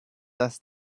dass